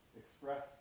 express